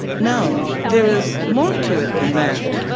no, there is more to it than that.